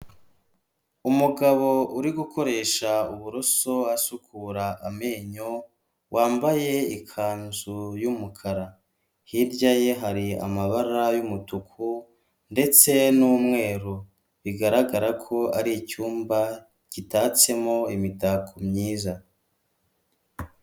Umugabo uri gukoresha uburoso asukura amenyo, wambaye ikanzu y'umukara hirya ye hari amabara y'umutuku ndetse n'umweru, bigaragara ko ari icyumba gitatsemo imitako myiza.